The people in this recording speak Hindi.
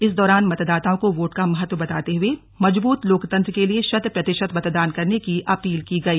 इस दौरान मतदाताओं को वोट का महत्व बताते हुए मजबूत लोकतंत्र के लिए शत प्रतिशत मतदान करने की अपील की गई